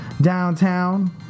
downtown